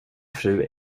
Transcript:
fru